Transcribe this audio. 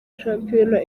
shampiyona